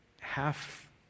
half